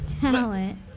Talent